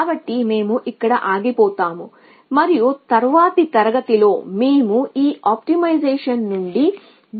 కాబట్టి మేము ఇక్కడ ఆగిపోతాము మరియు తరువాతి తరగతిలో మేము ఈ ఆప్టిమైజేషన్ నుండి దూరంగా వెళ్తాము